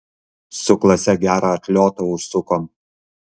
su klase gerą atliotą užsukom